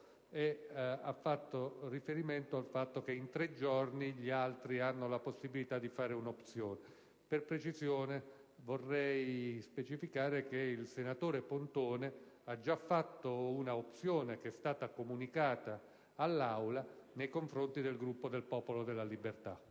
e ha fatto riferimento alla circostanza che in tre giorni gli altri hanno la possibilità di fare un'opzione. Per precisione, vorrei specificare che il senatore Pontone ha già presentato la sua opzione, che è stata comunicata all'Aula, nei confronti del Gruppo del Popolo della Libertà.